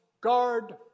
guard